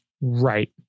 Right